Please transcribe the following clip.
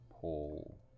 pull